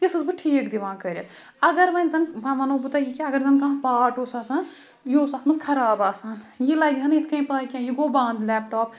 یِہ ٲسٕس بہٕ ٹھیٖک دِوان کٔرِتھ اَگر وۄنۍ زَن وۄنۍ وَنو بہٕ تۄہہِ یہِ کہِ اَگر زَن کانٛہہ پاٹ اوس آسان یِہ اوس اَتھ منٛز خَراب آسان یہِ لَگہِ ہہ نہٕ یِتھ کٔنۍ پَے کینٛہہ یہِ گوٚو بنٛد لٮ۪پٹاپ